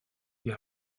die